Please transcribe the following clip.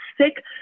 sick